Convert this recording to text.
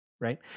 right